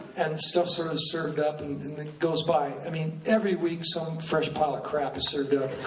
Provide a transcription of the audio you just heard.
and stuff's sort of served up and and it goes by, i mean, every week some fresh pile of crap is served up,